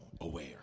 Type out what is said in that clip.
aware